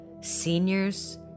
seniors